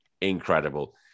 Incredible